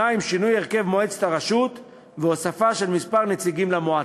2. שינוי הרכב מועצת הרשות והוספת כמה נציגים למועצה.